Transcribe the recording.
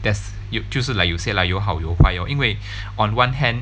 like there's you 就是 like you say lah 有好有坏 lor 因为 on one hand